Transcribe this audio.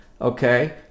Okay